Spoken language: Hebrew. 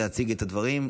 להציג את הדברים,